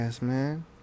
man